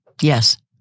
Yes